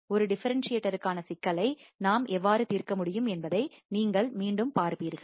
ஒரு டிஃபரன்ஸ் சியேட்டருக்கான சிக்கலை நாம் எவ்வாறு தீர்க்க முடியும் என்பதை நீங்கள் மீண்டும் பார்ப்பீர்கள்